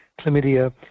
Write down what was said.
chlamydia